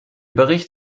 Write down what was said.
bericht